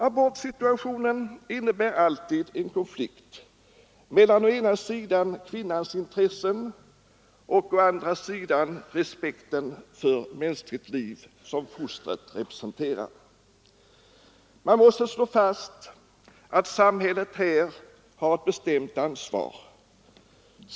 Abortsituationen innebär alltid en konflikt mellan å ena sidan kvinnans intressen och å andra sidan respekten för det mänskliga liv som fostret representerar. Man måste slå fast att samhället här har ett bestämt ansvar.